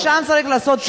ששם צריך לעשות פיקוח.